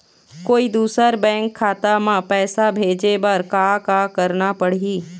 कोई दूसर बैंक खाता म पैसा भेजे बर का का करना पड़ही?